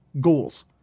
goals